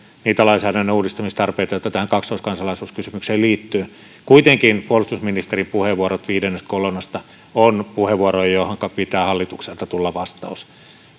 niitä lainsäädännön uudistamistarpeita joita tähän kaksoiskansalaisuuskysymykseen liittyy kuitenkin puolustusministerin puheenvuorot viidennestä kolonnasta ovat puheenvuoroja joihinka pitää hallitukselta tulla vastaus